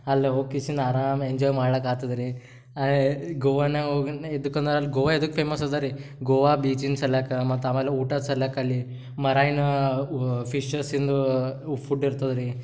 ಅಲ್ಲಿ ಹೊಕ್ಕಿಸಿನ್ ಆರಾಮ ಎಂಜಾಯ್ ಮಾಡಕ್ಕೆ ಆಗ್ತದ್ ರೀ ಗೋವಾನಾಗ ಹೋಗುನ್ ಎದುಕಂದ್ರೆ ಅಲ್ಲಿ ಗೋವಾ ಎದುಕ್ಕೆ ಫೇಮಸ್ ಅದ ರೀ ಗೋವಾ ಬೀಚಿನ ಸಲಕ ಮತ್ತು ಆಮೇಲೆ ಊಟದ ಸಲಕ್ ಅಲ್ಲಿ ಮರೈನು ಊ ಫಿಶಸ್ಸಿಂದು ಫುಡ್ ಇರ್ತದೆ ರೀ